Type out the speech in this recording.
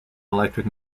electric